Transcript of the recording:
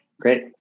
great